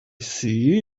see